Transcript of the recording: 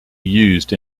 used